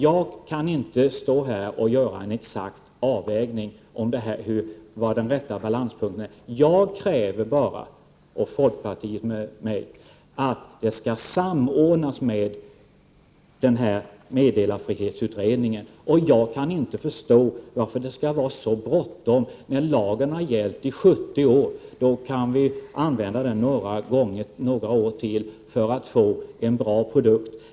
Jag kan inte stå här och göra en avvägning och säga exakt var den rätta balanspunkten ligger. Jag och folkpartiet kräver bara att frågan skall samordnas med meddelarskyddskommitténs arbete. Jag kan inte förstå varför det skall vara så bråttom just nu när lagen har gällt i 70 år. Då kan vi tillämpa den några år till för att få en bra produkt.